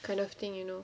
kind of thing you know